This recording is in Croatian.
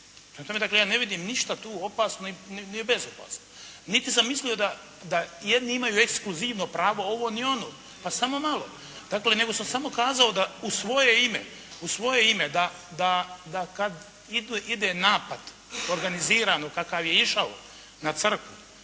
dakle ja ne vidim ništa tu opasno ni bezopasno. Niti sam mislio da jedni imaju ekskluzivno pravo ovo ni ono. Pa samo malo. Dakle, nego sam samo kazao da u svoje ime, da kad ide napad organizirano kakav je išao na crkvu,